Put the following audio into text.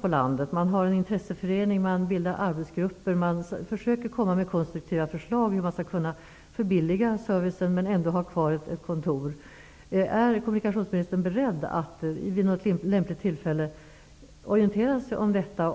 på landet. Man har en intresseförening, bildar arbetsgrupper och försöker att komma med konstruktiva förslag till hur servicen skall kunna förbilligas utan att kontoret försvinner. Är kommunikationsministern beredd att vid något lämpligt tillfälle orientera sig om detta?